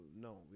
no